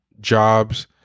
jobs